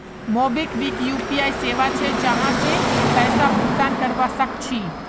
MobiKwik UPI सेवा छे जहासे पैसा भुगतान करवा सक छी